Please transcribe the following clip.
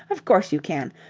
of course you can.